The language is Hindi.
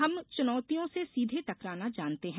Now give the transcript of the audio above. हम चुनौतियों से सीधे टकराना जानते हैं